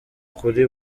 kuri